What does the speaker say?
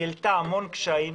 היא העלתה המון קשיים,